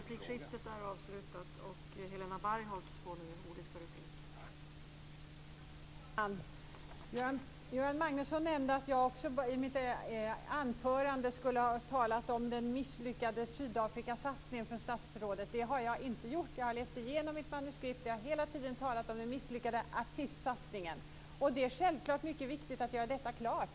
Fru talman! Göran Magnusson nämnde att jag i mitt anförande skulle ha talat om den misslyckade Sydafrikasatsningen från statsrådet. Det har jag inte gjort. Jag har läst igenom mitt manuskript, och jag har hela tiden talat om den misslyckade artistsatsningen. Det är mycket viktigt att klargöra detta.